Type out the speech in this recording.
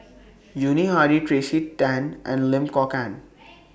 Yuni Hadi Tracey Tan and Lim Kok Ann